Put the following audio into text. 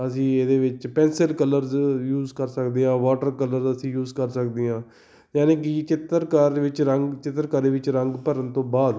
ਅਸੀਂ ਇਹਦੇ ਵਿੱਚ ਪੈਨਸਲ ਕਲਰਸ ਯੂਜ ਕਰ ਸਕਦੇ ਹਾਂ ਵਾਟਰ ਕਲਰ ਅਸੀਂ ਯੂਜ ਕਰ ਸਕਦੇ ਹਾਂ ਯਾਨੀ ਕਿ ਚਿੱਤਰਕਾਰ ਵਿੱਚ ਰੰਗ ਚਿੱਤਰਕਾਰੀ ਵਿੱਚ ਰੰਗ ਭਰਨ ਤੋਂ ਬਾਅਦ